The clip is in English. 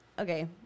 okay